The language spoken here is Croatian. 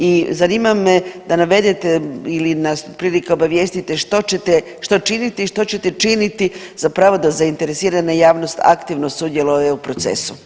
I zanima me da navedete ili nas otprilike obavijestite što ćete, što činiti i što ćete činiti zapravo da zainteresirana javnost aktivno sudjeluje u procesu?